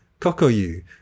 Kokoyu